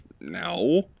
no